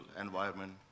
environment